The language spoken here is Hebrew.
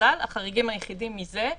החריגים היחידים מזה,